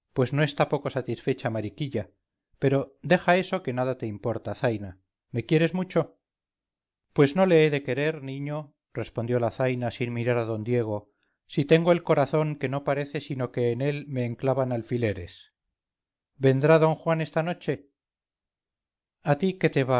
pues no está poco satisfecha mariquilla pero deja eso que nada te importa zaina me quieres mucho pues no le he de querer niño respondió la zaina sin mirar a d diego si tengo el corazón que no parece sino que en él me enclavan alfileres vendrá d juan esta noche a ti qué te